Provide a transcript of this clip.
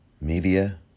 media